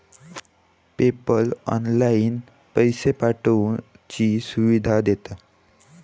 PayPal online पैशे पाठवुची सुविधा देता